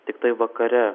tiktai vakare